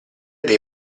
dei